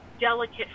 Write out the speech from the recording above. delicate